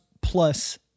plus